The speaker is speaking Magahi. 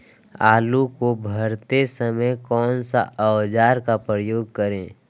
आलू को भरते समय कौन सा औजार का प्रयोग करें?